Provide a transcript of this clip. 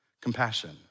compassion